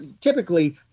typically